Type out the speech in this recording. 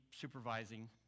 supervising